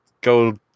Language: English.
go